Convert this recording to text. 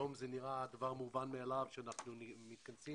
היום זה נראה דבר מובן מאליו שאנחנו מתכנסים